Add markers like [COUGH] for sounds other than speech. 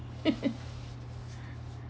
[LAUGHS]